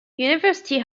university